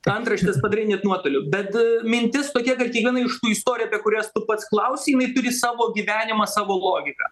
antraštes padaryt net nuotoliu bet mintis tokia kad kiekviena iš tų istorijų kurias tu pats klausi jinai turi savo gyvenimą savo logiką